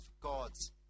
God's